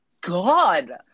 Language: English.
god